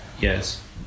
Yes